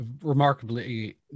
remarkably